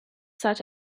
such